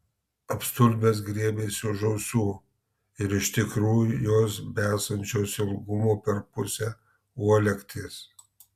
apstulbęs griebėsi už ausų ir iš tikrųjų jos besančios ilgumo per pusę uolekties